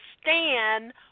stand